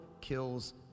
kills